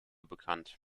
bekannt